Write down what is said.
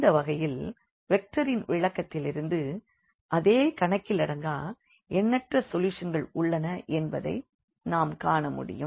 இந்த வகையில் வெக்டரின் விளக்கத்திலிருந்து அங்கே கணக்கிலடங்கா எண்ணற்ற சொல்யூஷன்கள் உள்ளன என்பதை நாம் காணமுடியும்